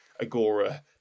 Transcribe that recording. Agora